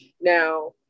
Now